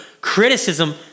criticism